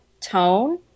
tone